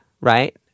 right